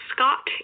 Scott